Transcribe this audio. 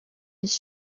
his